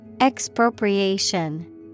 Expropriation